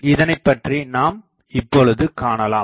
இதனைப்பற்றி நாம் இப்பொழுது காணலாம்